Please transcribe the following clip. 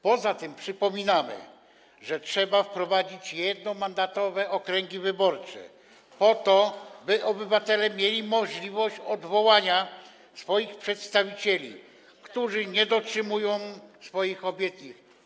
Poza tym przypominamy, że trzeba wprowadzić jednomandatowe okręgi wyborcze, po to by obywatele mieli możliwość odwołania swoich przedstawicieli, którzy nie dotrzymują swoich obietnic.